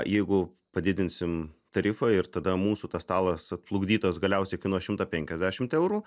jeigu padidinsim tarifą ir tada mūsų tas stalas atplukdytas galiausiai kainuos šimtą penkiasdešimt eurų